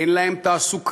אין להם תעסוקה,